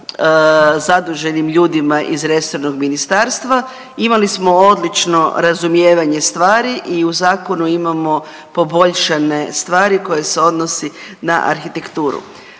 zaduženim ljudima iz resornog ministarstva. Imali smo odlično razumijevanje stvari i u zakonu imamo poboljšane stvari koje se odnosi na arhitekturu.